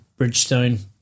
Bridgestone